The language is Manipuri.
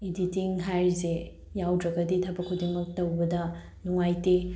ꯏꯗꯤꯇꯤꯡ ꯍꯥꯏꯔꯤꯁꯦ ꯌꯥꯎꯗ꯭ꯔꯒꯗꯤ ꯊꯕꯛ ꯈꯨꯗꯤꯡꯃꯛ ꯇꯧꯕꯗ ꯅꯨꯡꯉꯥꯏꯇꯦ